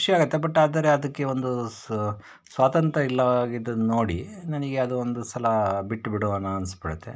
ಖುಷಿ ಆಗುತ್ತೆ ಬಟ್ ಆದರೆ ಅದಕ್ಕೆ ಒಂದು ಸ್ ಸ್ವಾತಂತ್ರ್ಯ ಇಲ್ಲವಾಗಿದ್ದನ್ನು ನೋಡಿ ನನಗೆ ಅದು ಒಂದು ಸಲ ಬಿಟ್ಟು ಬಿಡೋಣ ಅನ್ಸ್ಬಿಡತ್ತೆ